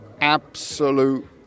absolute